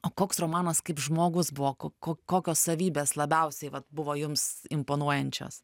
o koks romanas kaip žmogus buvo ko ko kokios savybės labiausiai vat buvo jums imponuojančios